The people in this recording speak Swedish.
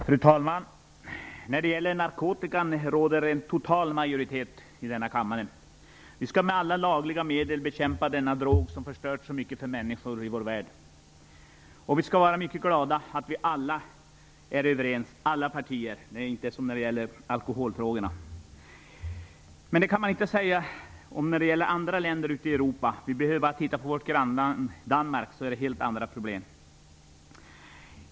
Fru talman! När det gäller narkotikafrågan råder det en total majoritet i denna kammare. Vi skall med alla lagliga medel bekämpa denna drog som har förstört så mycket för människor i denna värld. Vi skall vara mycket glada över att vi i alla partier är överens i denna fråga - det är alltså inte som när det gäller alkoholfrågor. Men det kan man inte säga om andra länder i Europa. Vi behöver bara titta på vårt grannland Danmark där man har helt andra problem.